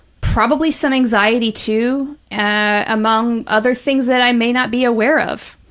probably some anxiety, too, among other things that i may not be aware of,